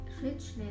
richness